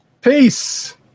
Peace